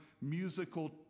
musical